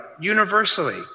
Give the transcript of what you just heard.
universally